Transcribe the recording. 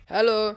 Hello